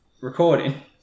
recording